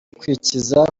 kwikiza